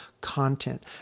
content